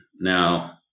now